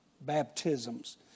baptisms